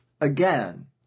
again